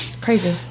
Crazy